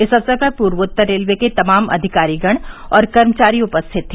इस अवसर पर पूर्वोत्तर रेलवे के तमाम अधिकारीगण और कर्मचारी उपस्थित रहे